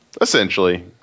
Essentially